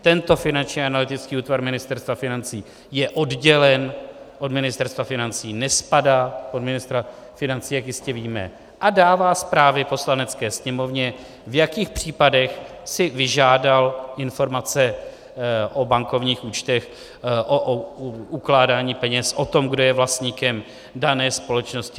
Tento Finanční analytický útvar Ministerstva financí je oddělen od Ministerstva financí, nespadá pod ministra financí, jak jistě víme, a dává zprávy Poslanecké sněmovně, v jakých případech si vyžádal informace o bankovních účtech, o ukládání peněz, o tom, kdo je vlastníkem dané společnosti atd.